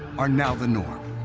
are now the norm,